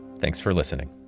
thanks for listening